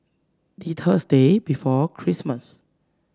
the Thursday before Christmas